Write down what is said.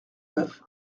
neuf